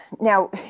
now